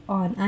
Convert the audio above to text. on